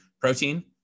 protein